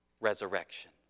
resurrection